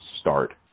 start